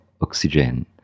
oxygen